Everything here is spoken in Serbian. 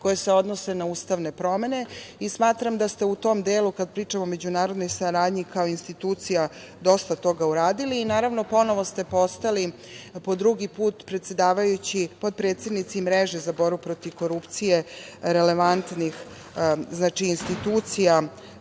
koje se odnose na ustavne promene. Smatram da ste u tom delu, kada pričamo o međunarodnoj saradnji, kao institucija dosta toga uradili i ponovo ste postali, po drugi put, predsedavajući, potpredsednici mreže za borbu protiv korupcije relevantnih institucija